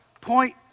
point